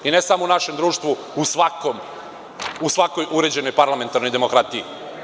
Ne samo u našem društvu, u svakoj uređenoj parlamentarnoj demokratiji.